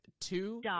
two